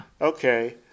Okay